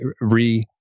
re